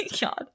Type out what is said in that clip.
God